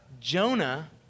Jonah